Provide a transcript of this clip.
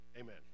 Amen